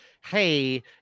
hey